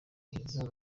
higiro